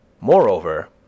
Moreover